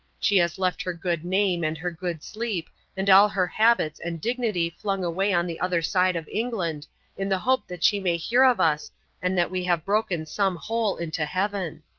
she has left her good name and her good sleep and all her habits and dignity flung away on the other side of england in the hope that she may hear of us and that we have broken some hole into heaven.